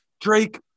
Drake